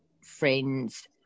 friends